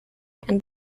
and